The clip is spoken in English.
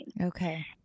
Okay